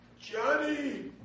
Johnny